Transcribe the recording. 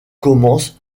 commence